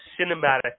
cinematic